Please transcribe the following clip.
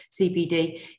CBD